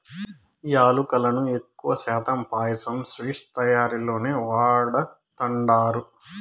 యాలుకలను ఎక్కువ శాతం పాయసం, స్వీట్స్ తయారీలోనే వాడతండారు